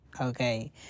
Okay